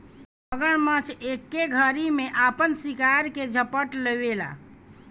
मगरमच्छ एके घरी में आपन शिकार के झपट लेवेला